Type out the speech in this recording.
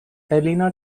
elena